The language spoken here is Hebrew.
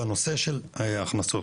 בנושא של הכנסות.